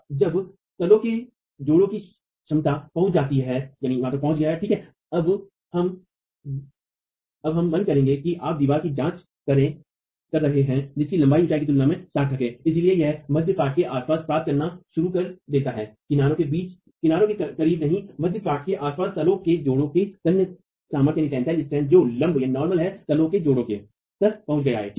जब तालों के जोड़ों की क्षमता पहुंच जाती है ठीक है अब हम मन करेंगे कि आप दीवार की जांच कर रहे हैं जिसकी लंबाई ऊंचाई की तुलना में सार्थक है इसलिए यह मध्य पाट के आसपास प्राप्त करना शुरू कर देता है किनारों के करीब नहीं मध्य पाट के आसपास तलों के जोड़ों की तन्य सामर्थ्य जो लम्ब है तलों के जोड़ों के तक पहुँच गया है ठीक है